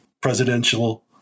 presidential